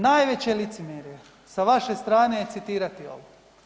Najveće licemjerje sa vaše strane je citirati ovo.